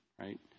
right